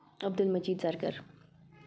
Abdul Majeed Zargar